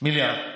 מיליארד.